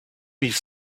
piece